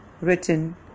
written